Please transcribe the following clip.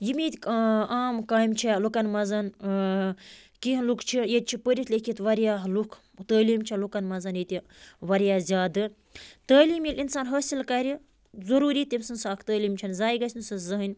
یِم ییٚتہِ عام کامہِ چھےٚ لُکَن منٛز کیٚنٛہہ لُکھ چھِ ییٚتہِ چھِ پٔرِتھ لیٚکھِتھ واریاہ لُکھ تعلیٖم چھےٚ لُکَن منٛز ییٚتہِ واریاہ زیادٕ تعلیٖم ییٚلہِ اِنسان حٲصِل کَرِ ضٔروٗری تیٚمۍ سٕنٛز سۄ اَکھ تعلیٖم چھَنہٕ ضایع گژھنہٕ سۄ زٕہۭنۍ